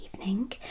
evening